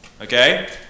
Okay